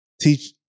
teach